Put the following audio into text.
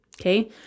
Okay